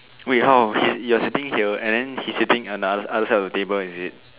wait how he you're sitting here and then he's sitting on the on the other side of the table is it